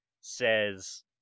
says